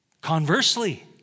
Conversely